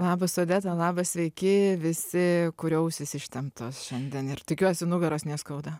labas odeta labas sveiki visi kurių ausys ištemptos šiandien ir tikiuosi nugaros neskauda